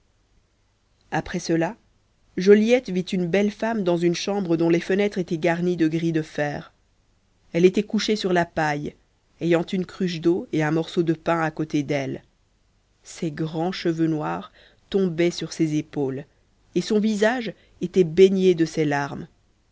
après cela joliette vit une belle femme dans une chambre dont les fenêtres étaient garnies de grilles de fer elle était couchée sur de la paille ayant une cruche d'eau et un morceau de pain à côté d'elle ses grands cheveux noirs tombaient sur ses épaules et son visage était baigné de larmes